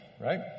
right